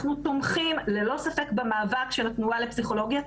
אנחנו ללא ספק תומכים במאבק של התנועה לפסיכולוגיה ציבורית,